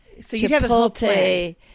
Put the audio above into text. Chipotle